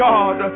God